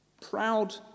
Proud